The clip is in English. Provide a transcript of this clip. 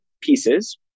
pieces